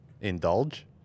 Indulge